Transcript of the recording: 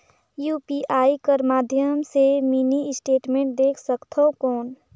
UPI कर माध्यम से मिनी स्टेटमेंट देख सकथव कौन?